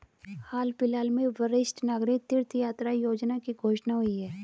हाल फिलहाल में वरिष्ठ नागरिक तीर्थ यात्रा योजना की घोषणा हुई है